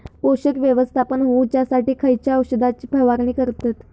पोषक व्यवस्थापन होऊच्यासाठी खयच्या औषधाची फवारणी करतत?